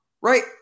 right